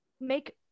make